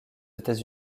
états